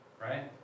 right